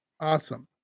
awesome